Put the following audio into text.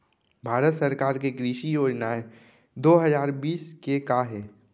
भारत सरकार के कृषि योजनाएं दो हजार बीस के का हे?